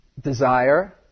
desire